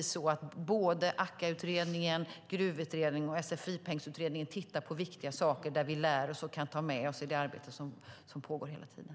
Såväl AKKA-utredningen som GRUV-utredningen och Sfi-pengsutredningen tittar på viktiga saker där vi lär oss saker som vi kan ta med oss i det arbete som pågår hela tiden.